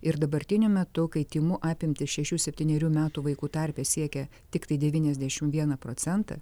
ir dabartiniu metu kai tymų apimtys šešių septynerių metų vaikų tarpe siekia tiktai devyniasdešim vieną procentą